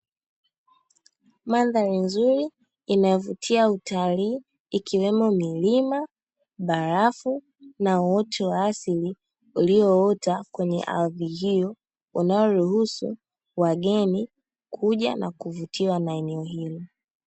Mandhari nzuri inayovutia utalii ikiwemo: milima, barafu na uoto wa asili ulioota kwenye ardhi hiyo; unaoruhusu wageni kuja na kuvutiwa na eneo hilo.